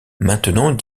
maintenant